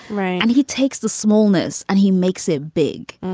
right. and he takes the smallness and he makes it big.